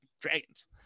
dragons